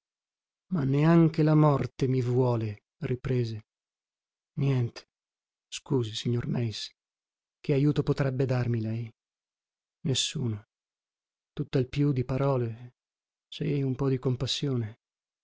ma neanche la morte mi vuole riprese niente scusi signor meis che ajuto potrebbe darmi lei nessuno tuttal più di parole sì un po di compassione